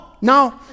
no